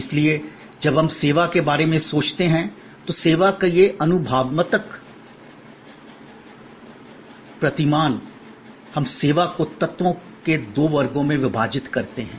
इसलिए जब हम सेवा के बारे में सोचते हैं तो सेवा का यह अनुभवात्मक प्रतिमान हम सेवा को तत्वों के दो वर्गों में विभाजित करते हैं